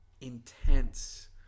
intense